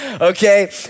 okay